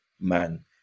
man